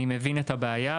אני מבין את הבעיה,